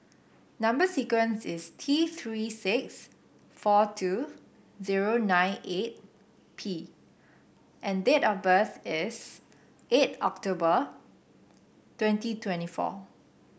number sequence is T Three six four two zero nine eight P and date of birth is eight October twenty twenty four